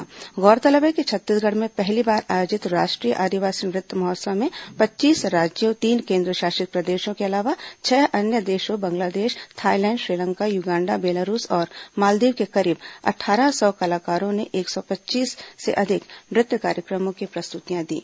ंगौरतलब है कि छत्तीसगढ़ में पहली बार आयोजित राष्ट्रीय आदिवासी नृत्य महोत्सव में पच्चीस राज्यों तीन केंद्रशासित प्रदेशों के अलावा छह अन्य देशों Bangladesh Thailand Sri Lanka Uganda Belarus और मालदीव के करीब अट्ठारह सौ कलाकारों ने एक सौ पच्चीस से अधिक नृत्य कार्यक्रमों की प्रस्तुतियां दीं